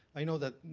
i know that